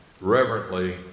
reverently